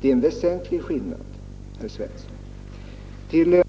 Det är en väsentlig skillnad, herr Svensson. Till civilministern